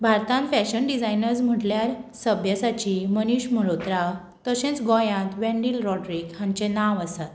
भारतांत fashion designers म्हणल्यार सभ्यसाची मनीश मल्होत्रा तशेंच गोंयांत वॅन्डील रोड्रीक्स हांचें नांव आसात